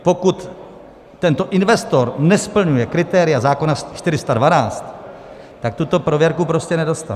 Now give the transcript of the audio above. Pokud tento investor nesplňuje kritéria zákona 412, tak tuto prověrku prostě nedostane.